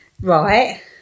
Right